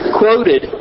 quoted